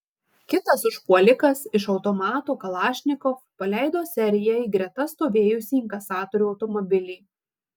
kitas užpuolikas iš automato kalašnikov paleido seriją į greta stovėjusį inkasatorių automobilį